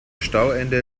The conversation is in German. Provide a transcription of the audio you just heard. stauende